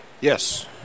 Yes